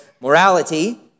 morality